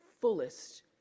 fullest